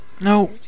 no